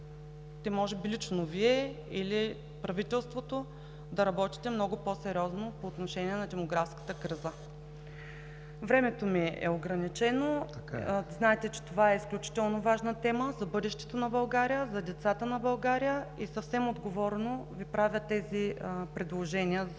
– може би лично Вие или правителството, да работите много по-сериозно по отношение на демографската криза. Времето ми е ограничено. Знаете, че това е изключително важна тема за бъдещето на България, за децата на България и съвсем отговорно Ви предлагам тези предложения да